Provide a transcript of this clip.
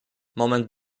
moment